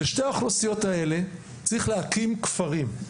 לשתי האוכלוסיות האלה צריך להקים כפרים.